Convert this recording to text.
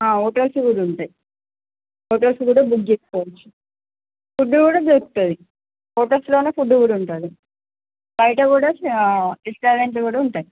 ఆ హోటల్స్ కూడా ఉంటాయి హోటల్స్ కూడా బుక్ చేస్తారు ఫుడ్ కూడా దొరుకుతుంది హోటల్స్లోనే ఫుడ్ కూడా ఉంటుంది బయట కూడా రెస్టారెంట్లు కూడా ఉంటాయి